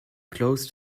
closed